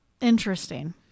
interesting